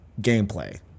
gameplay